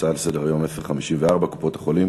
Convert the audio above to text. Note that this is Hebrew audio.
הצעה לסדר-היום מס' 1054: קופות-החולים